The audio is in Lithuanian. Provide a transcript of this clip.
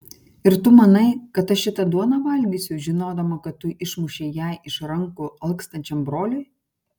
ir tu manai kad aš šitą duoną valgysiu žinodama kad tu išmušei ją iš rankų alkstančiam broliui